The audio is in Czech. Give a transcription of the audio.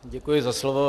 Děkuji za slovo.